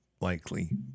likely